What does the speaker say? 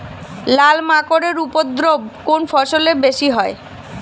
লাল মাকড় এর উপদ্রব কোন ফসলে বেশি হয়?